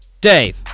Dave